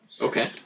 Okay